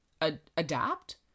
adapt